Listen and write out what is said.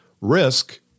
risk